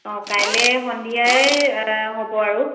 অঁ কাইলৈ সন্ধিয়াই হ'ব আৰু